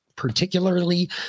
particularly